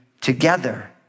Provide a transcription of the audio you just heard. together